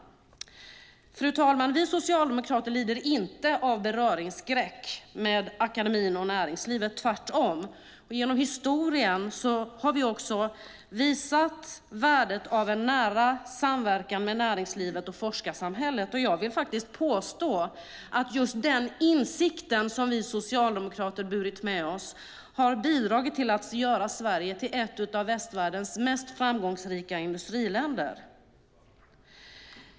Fru talman! Vi socialdemokrater lider inte av beröringsskräck inför akademin och näringslivet, tvärtom. Genom historien har vi också visat värdet av en nära samverkan med näringslivet och forskarsamhället. Jag vill faktiskt påstå att just den insikten, som vi socialdemokrater har burit med oss, har bidragit till att göra Sverige till ett av västvärldens mest framgångsrika industriländer.